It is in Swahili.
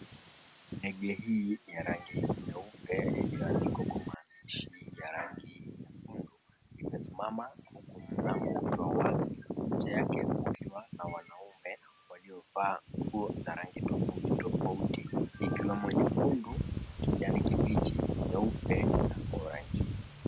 Ndege hii ya rangi nyeupe iliyoandikwa kwa maandishi ya rangi nyekundu imesimama huku mlango ukiwa wazi, nje yake kukiwa na wanaume waliovaa nguo za rangi tofauti tofauti ikiwemo nyekundu, kijani kibichi, nyeupe na orange .